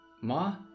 Ma